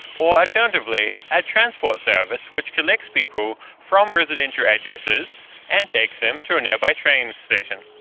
or alternatively a transport service which collects people from residential addresses and takes them to a nearby train station.